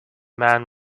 man